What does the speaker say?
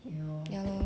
ya lor